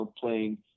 playing